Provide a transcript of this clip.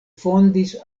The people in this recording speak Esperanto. fondis